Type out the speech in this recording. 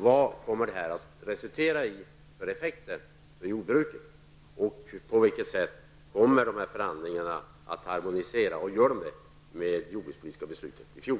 Vad kommer detta att ge för effekter för jordbruket? På vilket sätt kommer dessa förhandlingar att harmonisera, och harmoniserar de med det jordbrukspolitiska beslutet i fjol?